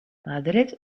madrid